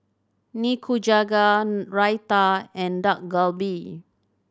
Nikujaga Raita and Dak Galbi